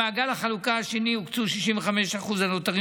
במעגל החלוקה השני הוקצו ה-65% הנותרים